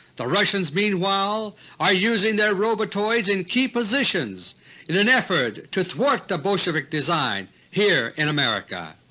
the russians meanwhile are using their robotoids in key positions in an effort to thwart the bolshevik design here in america.